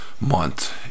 month